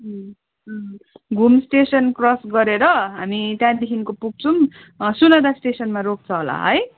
घुम station cross गरेर हामी त्यहाँदेखिको पुग्छौँ सोनादा स्टेसनमा रोक्छ होला है